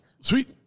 Sweet